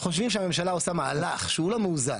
חושבים שהממשלה עושה מהלך שהוא לא מאוזן,